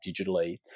digitally